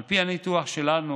על פי הניתוח שלנו,